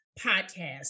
podcast